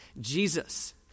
Jesus